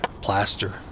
plaster